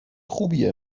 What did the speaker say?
خوبیه